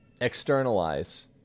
externalize